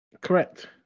Correct